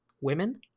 women